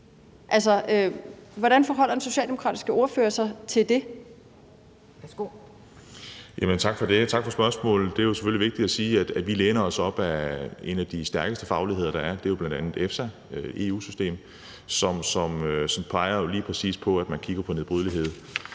(Pia Kjærsgaard): Værsgo. Kl. 11:48 Kasper Roug (S): Tak for det. Og tak for spørgsmålet. Det er selvfølgelig vigtigt at sige, at vi læner os op ad en af de stærkeste fagligheder, der er. Det er jo bl.a. EFSA, EU-systemet, som lige præcis peger på, at man kigger på nedbrydelighed.